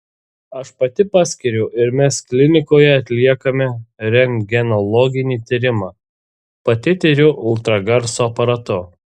aš pati paskiriu ir mes klinikoje atliekame rentgenologinį tyrimą pati tiriu ultragarso aparatu